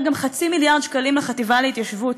גם חצי מיליארד שקלים לחטיבה להתיישבות,